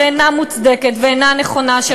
שאינה מוצדקת ואינה נכונה,